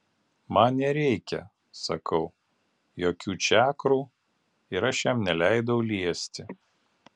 man nereikia sakau jokių čakrų ir aš jam neleidau liesti